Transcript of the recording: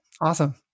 Awesome